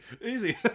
easy